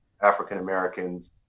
African-Americans